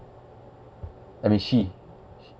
I mean she